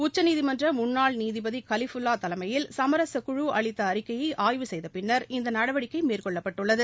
உச்சநீதிமன்ற முன்னாள் நீதிபதி கலிபுல்லா தலைமையில் சுமரச குழு அளித்த அறிக்கையை ஆய்வு செய்த பின்னர் இந்த நடவடிக்கை மேற்கொள்ளப்பட்டுள்ளது